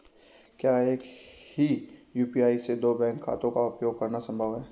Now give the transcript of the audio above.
क्या एक ही यू.पी.आई से दो बैंक खातों का उपयोग करना संभव है?